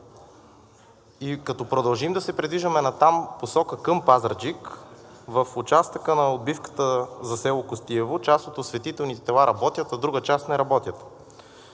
И като продължим да се придвижваме натам в посока към Пазарджик, в участъка на отбивката за село Костиево част от осветителните тела работят, а друга част не работят.